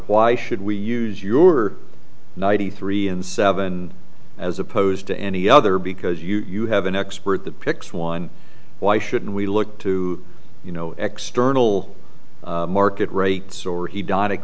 why should we use your ninety three in seven as opposed to any other because you have an expert that picks one why shouldn't we look to you know external market rates or he died